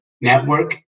network